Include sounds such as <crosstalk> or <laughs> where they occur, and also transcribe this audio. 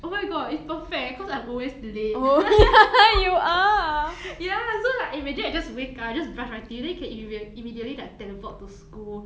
oh my god it's perfect cause I'm always late <laughs> ya so like imagine I just wake up I just brush my teeth then you can immedi~ immediately like teleport to school